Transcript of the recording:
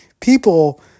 people